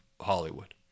Hollywood